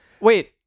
Wait